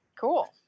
Cool